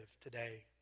today